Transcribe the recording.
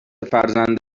فرزند